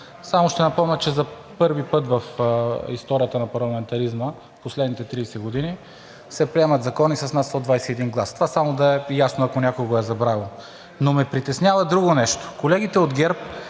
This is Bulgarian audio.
Само ще припомня, че за първи път в историята на парламентаризма от последните 30 години се приемат закони с над 121 гласа. Това само да е ясно, ако някой го е забравил. Но ме притеснява друго нещо. Колегите от ГЕРБ